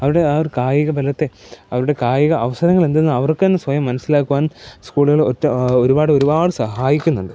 അവരുടെ ആ ഒരു കായിക ബലത്തെ അവരുടെ കായിക അവസരങ്ങൾ എന്തെന്ന് അവർക്ക് തന്നെ സ്വയം മനസിലാക്കുവാൻ സ്കൂളുകൾ ഒറ്റ ഒരുപാട് ഒരുപാട് സഹായിക്കുന്നുണ്ട്